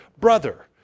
brother